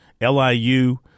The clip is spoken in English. LIU